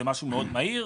זה דבר מאוד מהיר.